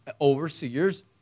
overseers